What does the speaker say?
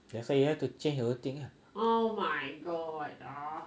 so you have to change the whole thing ah